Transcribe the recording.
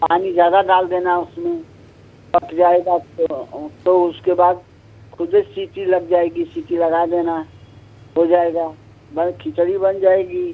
पानी ज्यादा डाल देना उसमें पक जाएगा तो ओ तो उसके बाद खुद ही सीटी लग जाएगी सीटी लगा देना हो जाएगा बस खिचड़ी बन जाएगी